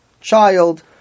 child